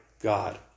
God